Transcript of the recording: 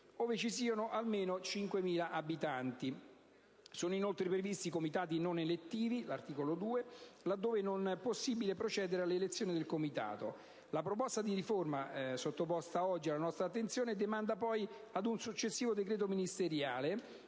ove ci siano almeno 5.000 abitanti. Sono inoltre previsti Comitati non elettivi (articolo 2), laddove non è possibile procedere all'elezione del Comitato. La proposta di riforma sottoposta oggi alla nostra attenzione demanda poi ad un successivo decreto ministeriale